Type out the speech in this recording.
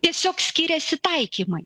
tiesiog skiriasi taikymai